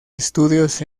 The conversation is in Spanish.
estudios